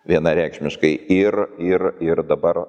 vienareikšmiškai ir ir ir dabar